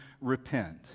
repent